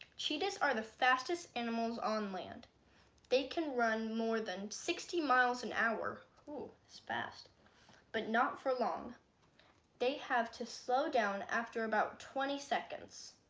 cheetahs are the fastest animals on land they can run more than sixty miles an hour who is fast but not for long they have to slow down after about twenty seconds